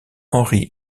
henry